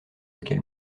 auquel